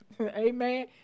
amen